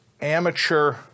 amateur